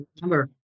number